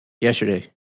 yesterday